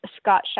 Scott